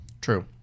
True